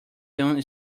soon